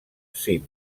cim